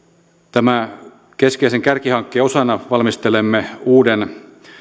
tämän keskeisen kärkihankkeen osana valmistelemme uuden